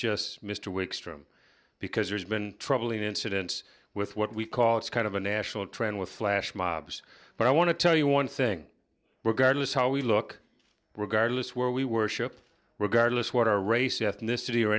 just mr wickstrom because there's been troubling incidents with what we call it's kind of a national trend with flash mobs but i want to tell you one thing regardless how we look regardless where we worship regardless what our race ethnicity or